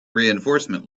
reinforcement